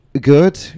good